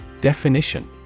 Definition